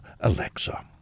Alexa